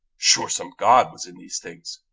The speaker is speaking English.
sure some god was in these things!